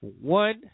one